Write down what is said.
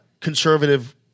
conservative